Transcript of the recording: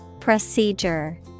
Procedure